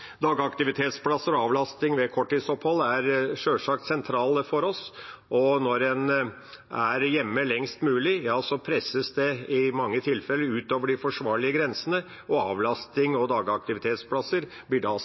Dagaktivitetsplasser og avlastning ved korttidsopphold er sjølsagt sentralt for oss. Når en er hjemme lengst mulig, presses en i mange tilfeller ut over de forsvarlige grensene, og avlastning og dagaktivitetsplasser blir da